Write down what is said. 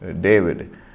David